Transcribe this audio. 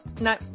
no